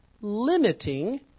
limiting